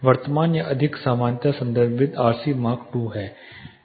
वर्तमान या अधिक सामान्यतः संदर्भित आरसी मार्क 2 है